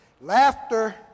laughter